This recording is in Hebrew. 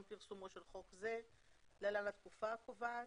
פרסומו של חוק זה (להלן התקופה הקובעת),